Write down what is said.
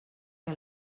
que